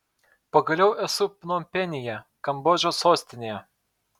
pagaliau esu pnompenyje kambodžos sostinėje